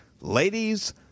Ladies